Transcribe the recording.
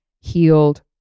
healed